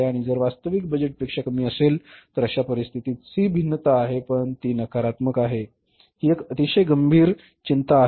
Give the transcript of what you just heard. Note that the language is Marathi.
आणि जर वास्तविक बजेटपेक्षा कमी असेल तर अशा परिस्थितीत भिन्नता आहे आणि ती नकारात्मक आहे ही एक अतिशय गंभीर चिंता आहे